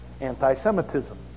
anti-Semitism